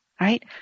Right